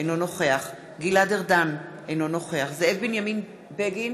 אינו נוכח גלעד ארדן, אינו נוכח זאב בנימין בגין,